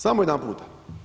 Samo jedanputa.